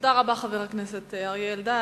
תודה רבה, חבר הכנסת אריה אלדד.